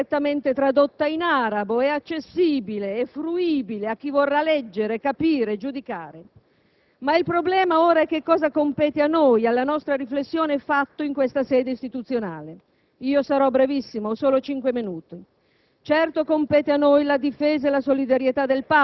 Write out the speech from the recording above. La catechesi cattolico-cristiana sarà ora direttamente tradotta in arabo, accessibile e fruibile a chi vorrà leggere, capire, giudicare. Ma il problema ora è che cosa compete a noi, alla nostra riflessione fatta in questa sede istituzionale. Sarò brevissima, perché ho solo cinque minuti